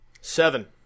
Seven